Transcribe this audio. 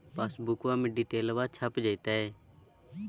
पासबुका में डिटेल्बा छप जयते?